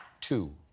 Two